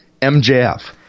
MJF